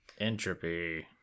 Entropy